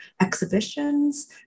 exhibitions